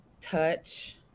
touch